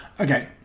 Okay